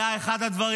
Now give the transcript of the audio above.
היה אחד הדברים